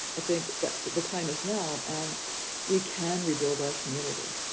i think that the time is now and we can rebuild our community,